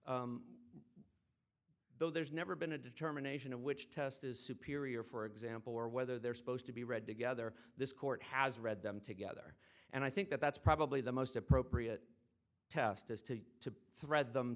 charters though there's never been a determination of which test is superior for example or whether they're supposed to be read together this court has read them together and i think that that's probably the most appropriate test is to to thread them